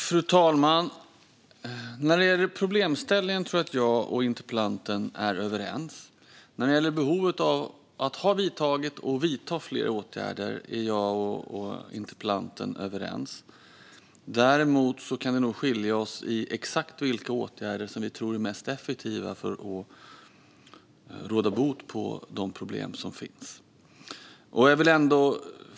Fru talman! När det gäller problemställningen tror jag att jag och interpellanten är överens, likaså när det gäller behovet av att ha vidtagit och vidta fler åtgärder. Däremot kan vi nog skilja oss åt i exakt vilka åtgärder som vi tror är mest effektiva för att råda bot på de problem som finns.